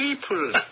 people